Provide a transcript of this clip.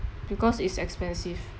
because it's expensive